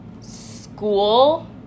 school